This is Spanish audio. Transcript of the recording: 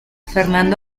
fernando